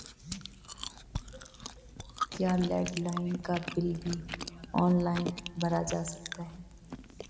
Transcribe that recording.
क्या लैंडलाइन का बिल भी ऑनलाइन भरा जा सकता है?